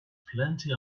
plenty